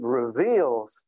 reveals